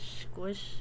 squish